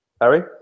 Harry